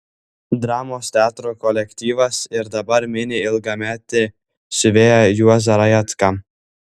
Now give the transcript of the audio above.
dramos teatro kolektyvas ir dabar mini ilgametį siuvėją juozą rajecką